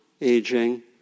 aging